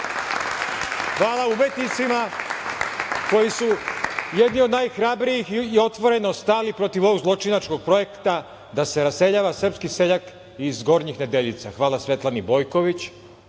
umetnicima koji su jedni od najhrabrijih, otvoreno stali protiv ovog zločinačkog projekta da se raseljava srpski seljak iz Gornjih Nedeljica. Hvala, Svetlani Bojković.